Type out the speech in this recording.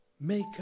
make